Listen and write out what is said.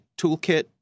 toolkit